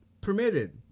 permitted